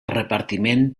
repartiment